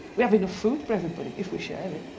we have enough food for everybody if we share it.